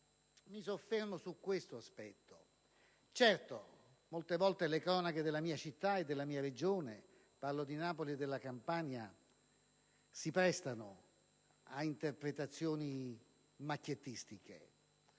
Mi soffermo su questo aspetto. Molte volte le cronache della mia città e della mia Regione - parlo di Napoli e della Campania - si prestano a interpretazioni macchiettistiche,